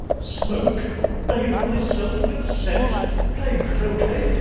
smoke bathe myself with scent play croquet?